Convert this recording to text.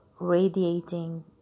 radiating